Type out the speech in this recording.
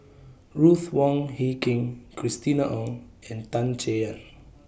Ruth Wong Hie King Christina Ong and Tan Chay Yan